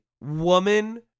woman